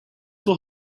will